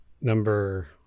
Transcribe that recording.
number